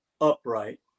upright